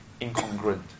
incongruent